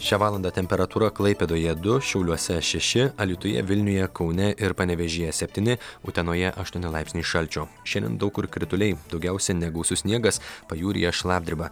šią valandą temperatūra klaipėdoje du šiauliuose šeši alytuje vilniuje kaune ir panevėžyje septyni utenoje aštuoni laipsniai šalčio šiandien daug kur krituliai daugiausia negausus sniegas pajūryje šlapdriba